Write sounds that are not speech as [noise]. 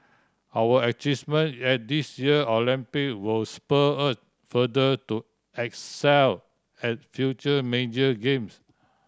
our [unintelligible] at this year Olympic will spur us further to excel at future major games